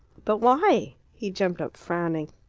but why? he jumped up, frowning.